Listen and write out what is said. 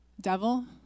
devil